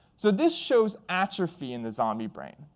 so this shows atrophy in the zombie brain.